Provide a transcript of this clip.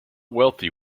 wealthy